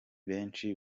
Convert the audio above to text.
benshi